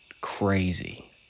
crazy